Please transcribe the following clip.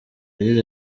yagize